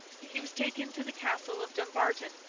he was taken to the castle of dumbarton,